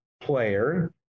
player